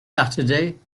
saturday